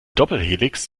doppelhelix